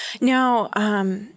Now